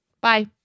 Bye